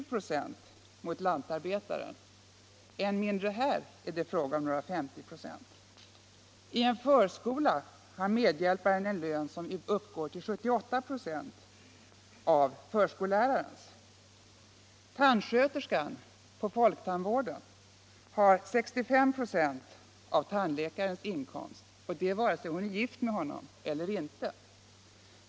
i förhållande till lantar 5 mars 1976 betarens lön. Än mindre här är det fråga om några 50 ".. I en förskola I har medhjälparen en lön som uppgår till 78 ". av förskollärarens. Tand = Avveckling av s.k. sköterskan i folktandvården har 65 ". av tandläkarens inkomst, och det = faktisk sambeskattvare sig hon är gift med honom eller inte.